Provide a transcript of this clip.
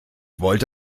wollte